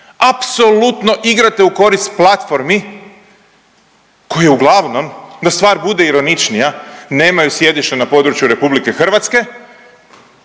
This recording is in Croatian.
apsolutno igrate u korist platformi koje uglavnom da stvar bude ironičnija nemaju sjedište na području Republike Hrvatske